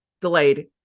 delayed